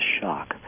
shock